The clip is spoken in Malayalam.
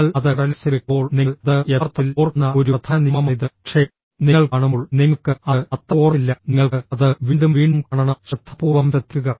നിങ്ങൾ അത് കടലാസിൽ വെക്കുമ്പോൾ നിങ്ങൾ അത് യഥാർത്ഥത്തിൽ ഓർക്കുന്ന ഒരു പ്രധാന നിയമമാണിത് പക്ഷേ നിങ്ങൾ കാണുമ്പോൾ നിങ്ങൾക്ക് അത് അത്ര ഓർക്കില്ല നിങ്ങൾക്ക് അത് വീണ്ടും വീണ്ടും കാണണം ശ്രദ്ധാപൂർവ്വം ശ്രദ്ധിക്കുക